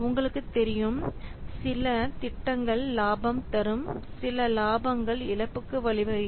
உங்களுக்கு தெரியும் சில திட்டம் லாபம் தரும் சில லாபங்கள் இழப்புக்கு வழிவகுக்கும்